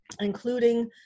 Including